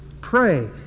pray